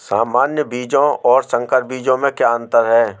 सामान्य बीजों और संकर बीजों में क्या अंतर है?